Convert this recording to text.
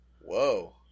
Whoa